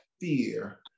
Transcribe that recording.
fear